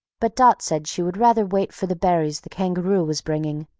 but dot said she would rather wait for the berries the kangaroo was bringing,